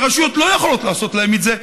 שהרשויות לא יכולות לעשות להן את זה.